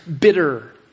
bitter